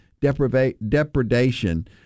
depredation